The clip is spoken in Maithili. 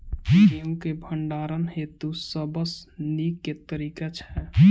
गेंहूँ केँ भण्डारण हेतु सबसँ नीक केँ तरीका छै?